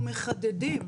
אנחנו מחדדים.